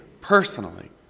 personally